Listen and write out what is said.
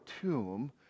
tomb